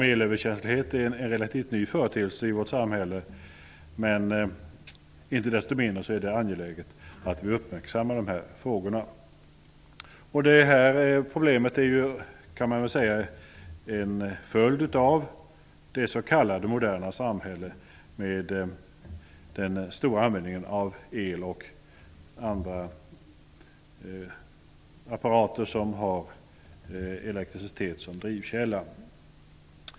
Elöverkänslighet är en relativt ny företeelse i vårt samhälle. Inte desto mindre är det angeläget att vi uppmärksammar den. Problemet kan man väl säga är en följd av det s.k. moderna samhället med den stora användningen av el och apparater som har elektricitet som drivkälla.